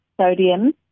sodium